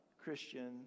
Christian